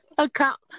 Account